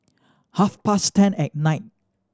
half past ten at night